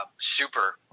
Super